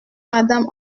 madame